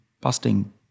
busting